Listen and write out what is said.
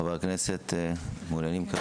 חברי הכנסת, אתם מעוניינים?